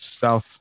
South